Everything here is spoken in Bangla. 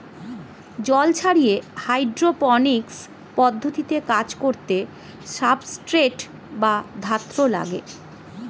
জল ছাড়িয়ে হাইড্রোপনিক্স পদ্ধতিতে চাষ করতে সাবস্ট্রেট বা ধাত্র লাগে